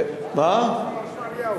כפר-שמריהו?